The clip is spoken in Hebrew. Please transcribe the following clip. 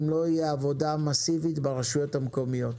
אם לא תהיה עבודה מסיבית ברשויות המקומיות.